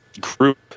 group